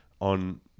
on